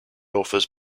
authors